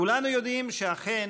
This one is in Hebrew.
כולנו יודעים שאכן,